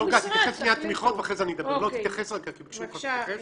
מבחן התמיכה ואיך האגודות יידעו או לא יידעו כמה כסף יש להן,